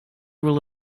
rule